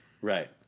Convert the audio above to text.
Right